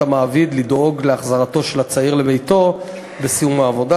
המעביד לדאוג להחזרתו של הצעיר לביתו בסיום העבודה.